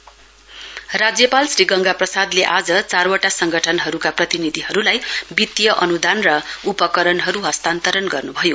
governor राज्यपाल श्री गंगा प्रसादले आज चारवटा संगठनहरूका प्रतिनिधिहरूलाईओ वितीय अन्दान र उपकरणहरू हस्तान्तरण गर्नुभयो